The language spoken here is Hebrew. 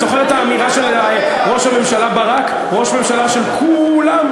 את זוכרת את האמירה של ראש הממשלה ברק "ראש ממשלה של כו-לם"?